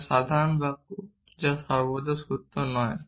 যা সাধারণ বাক্য যা সর্বদা সত্য নয়